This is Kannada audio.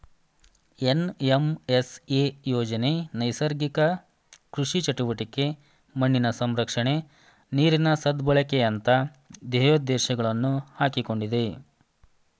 ಎನ್.ಎಂ.ಎಸ್.ಎ ಯೋಜನೆ ನೈಸರ್ಗಿಕ ಕೃಷಿ ಚಟುವಟಿಕೆ, ಮಣ್ಣಿನ ಸಂರಕ್ಷಣೆ, ನೀರಿನ ಸದ್ಬಳಕೆಯಂತ ಧ್ಯೇಯೋದ್ದೇಶಗಳನ್ನು ಹಾಕಿಕೊಂಡಿದೆ